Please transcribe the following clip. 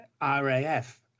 RAF